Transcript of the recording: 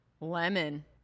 Lemon